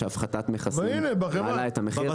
שהפחתת מכסים מעלה את המחיר.